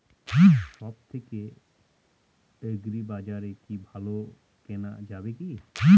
সব থেকে আগ্রিবাজারে কি ভালো কেনা যাবে কি?